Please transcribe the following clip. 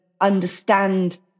understand